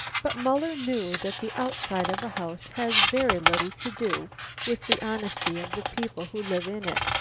but muller knew that the outside of a house has very little to do with the honesty of the people who live in it.